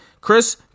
Chris